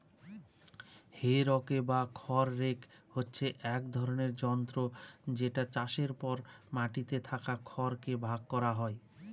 হে রকে বা খড় রেক হচ্ছে এক ধরনের যন্ত্র যেটা চাষের পর মাটিতে থাকা খড় কে ভাগ করা হয়